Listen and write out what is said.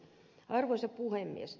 arvoisa puhemies